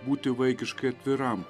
būti vaikiškai atviram